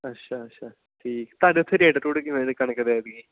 ਅੱਛਾ ਅੱਛਾ ਠੀਕ ਤੁਹਾਡੇ ਉੱਥੇ ਰੇਟ ਰੂਟ ਕਿਵੇਂ ਨੇ ਕਣਕ ਦੇ ਐਤਕੀਂ